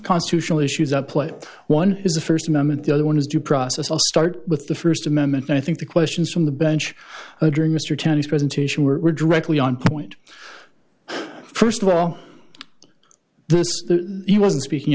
constitutional issues at play one is the st amendment the other one is due process i'll start with the st amendment and i think the questions from the bench during mr cheney's presentation were directly on point first well he wasn't speaking